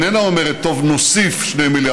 אינני אומר שכל פעם שיש חילוקי דעות בין הדרג